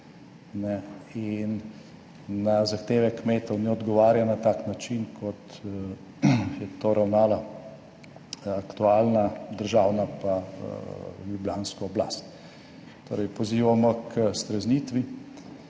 in na zahteve kmetov ne odgovarja na tak način kot je to ravnala aktualna državna pa ljubljanska oblast. Torej pozivamo k streznitvi.